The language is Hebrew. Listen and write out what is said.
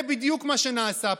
זה בדיוק מה שנעשה פה.